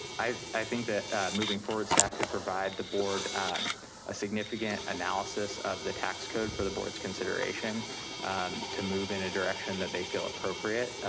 i i think that moving forward, staff could provide the board um a significant analysis of the tax code for the board's consideration to move in a direction that they feel appropriate.